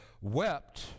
wept